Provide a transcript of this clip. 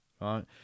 right